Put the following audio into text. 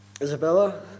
Isabella